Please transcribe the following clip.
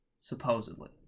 supposedly